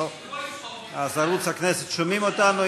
אז בערוץ הכנסת שומעים אותנו.